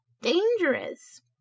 dangerous